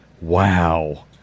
Wow